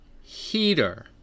heater